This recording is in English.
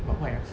but why ah